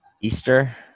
Easter